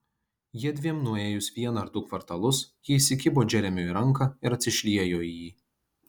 jiedviem nuėjus vieną ar du kvartalus ji įsikibo džeremiui į ranką ir atsišliejo į jį